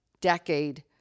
decade